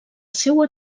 seua